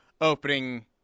opening